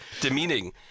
demeaning